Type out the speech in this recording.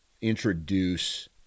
introduce